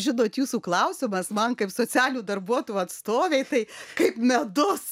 žinot jūsų klausimas man kaip socialinių darbuotojų atstovei tai kaip medus